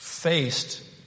Faced